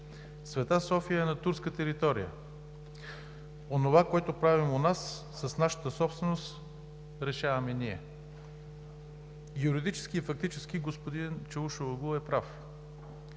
„Св. София“ е на турска територия. Онова, което правим у нас с нашата собственост, решаваме ние.“ Юридически и фактически господин Чавушоглу е прав,